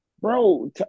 bro